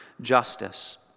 justice